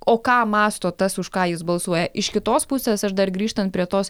o ką mąsto tas už ką jis balsuoja iš kitos pusės aš dar grįžtant prie tos